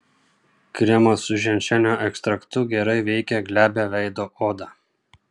kremas su ženšenio ekstraktu gerai veikia glebią veido odą